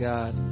God